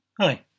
Hi